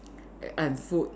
and food